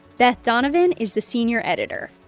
beth donovan is the senior editor.